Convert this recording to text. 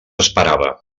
esperava